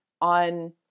on